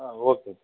okay